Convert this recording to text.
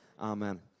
Amen